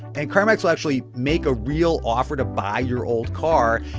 and carmax will actually make a real offer to buy your old car.